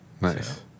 Nice